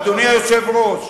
אדוני היושב-ראש,